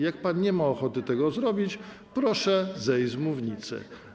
Jak pan nie ma ochoty tego zrobić, proszę zejść z mównicy.